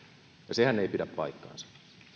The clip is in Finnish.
sehän ei pidä paikkaansa